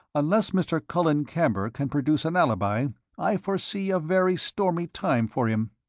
unless mr. colin camber can produce an alibi i foresee a very stormy time for him.